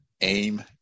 aim